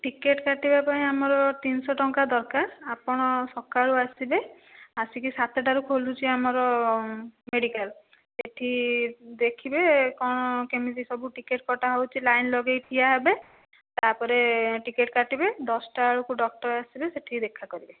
ticket କାଟିବା ପାଇଁ ଆମର ତିନିଶହ ଟଙ୍କା ଦରକାର ଆପଣ ସକାଳୁ ଆସିବେ ଆସିକି ସାତଟାରୁ ଖୋଲୁଛି ଆମର ମେଡିକାଲ ସେଠି ଦେଖିବେ କ'ଣ କେମିତି ସବୁ ଟିକେଟ କଟାହେଉଛି ଲାଇନ୍ ଲଗାଇ ଠିଆ ହେବେ ତା'ପରେ ଟିକେଟ କାଟିବେ ଦଶଟା ବେଳକୁ ଡକ୍ଟର ଆସିବେ ସେଠି ଦେଖା କରିବେ